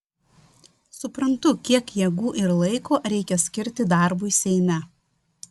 suprantu kiek jėgų ir laiko reikia skirti darbui seime